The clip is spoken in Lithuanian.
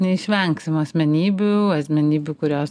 neišvengsim asmenybių asmenybių kurios